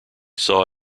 saw